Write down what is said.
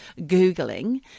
Googling